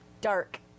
Dark